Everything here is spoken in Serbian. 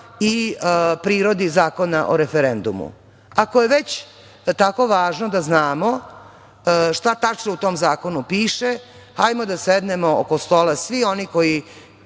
i prirodi Zakona o referendumu? Ako je već tako važno da znamo šta tačno u tom zakonu piše, hajmo da sednemo oko stola svi oni